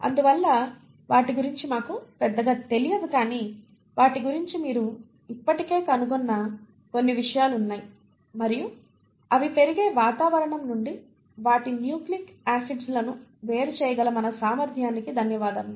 అందువల్ల వాటి గురించి మాకు పెద్దగా తెలియదు కానీ వాటి గురించి మీరు ఇప్పటికీ కనుగొన్న కొన్ని విషయాలు ఉన్నాయి మరియు అవి పెరిగే వాతావరణం నుండి వాటి న్యూక్లియిక్ ఆసిడ్స్ లను వేరుచేయగల మన సామర్థ్యానికి ధన్యవాదాలు